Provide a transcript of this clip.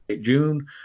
June